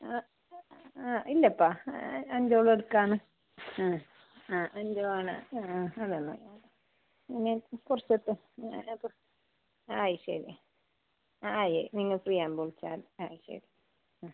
ആ ആ ഇല്ലപ്പാ അഞ്ച് വള എടുക്കാമെന്ന് ആ ആ അഞ്ച് വള ആ അതെ അതെ പിന്നെ കുറച്ച് എടുത്തോ ആ ശരി ആ ഏഹ് നിങ്ങൾ ഫ്രീ ആവുമ്പോൾ വിളിച്ചാൽ മതി ആ ശരി ആ